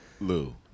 Lou